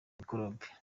mikorobe